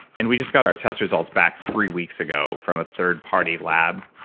and we just got our test results back three weeks ago from a third party lab.